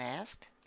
asked